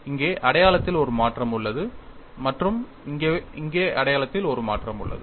இங்கே அடையாளத்தில் ஒரு மாற்றம் உள்ளது மற்றும் இங்கே அடையாளத்தில் ஒரு மாற்றம் உள்ளது